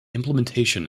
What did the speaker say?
implementation